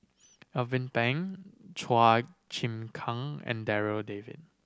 Alvin Pang Chua Chim Kang and Darryl David